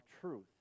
truth